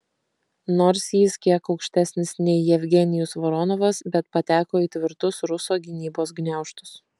nors jis kiek aukštesnis nei jevgenijus voronovas bet pateko į tvirtus ruso gynybos gniaužtus